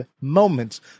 moments